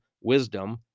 wisdom